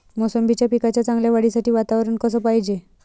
मोसंबीच्या पिकाच्या चांगल्या वाढीसाठी वातावरन कस पायजे?